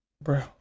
Bro